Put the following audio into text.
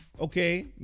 okay